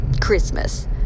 Christmas